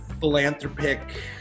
Philanthropic